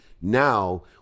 now